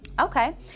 okay